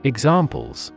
Examples